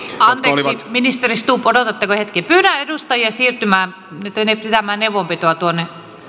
anteeksi ministeri stubb odotatteko hetken pyydän edustajia siirtymään nyt pitämään neuvonpitoa tuonne